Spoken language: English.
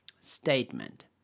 Statement